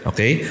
Okay